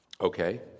Okay